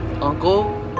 uncle